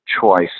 choice